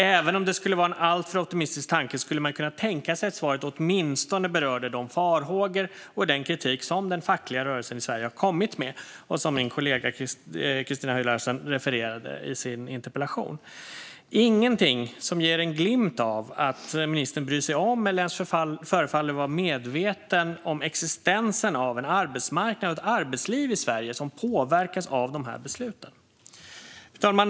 Även om det vore en alltför optimistisk tanke hade man kunnat tänka sig att svaret åtminstone berörde de farhågor och den kritik som den fackliga rörelsen i Sverige har kommit med och som min kollega Christina Höj Larsen refererade till i sin interpellation. Det finns ingenting som ger en glimt av att ministern bryr sig om eller ens förefaller vara medveten om existensen av en arbetsmarknad och ett arbetsliv i Sverige som påverkas av dessa beslut. Fru talman!